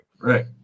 Right